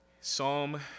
Psalm